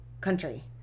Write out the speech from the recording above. country